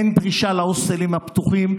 אין דרישה להוסטלים הפתוחים.